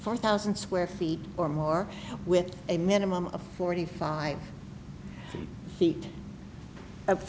four thousand square feet or more with a minimum of forty five feet